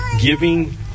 giving